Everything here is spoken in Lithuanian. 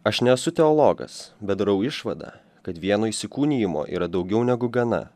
aš nesu teologas bet darau išvadą kad vieno įsikūnijimo yra daugiau negu gana